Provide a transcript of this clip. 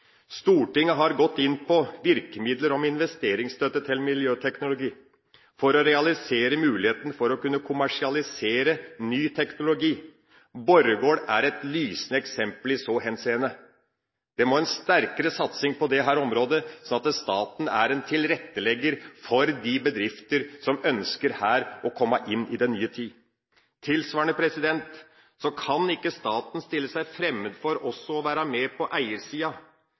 Stortinget har gått inn på virkemidler som investeringsstøtte til miljøteknologi for å realisere mulighetene for å kunne kommersialisere ny teknologi. Borregaard er et lysende eksempel i så henseende. Det må en sterkere satsing til på dette området, slik at staten er en tilrettelegger for de bedrifter som her ønsker å komme inn i den nye tid. Tilsvarende kan ikke staten stille seg fremmed for også å være med på eiersida,